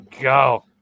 go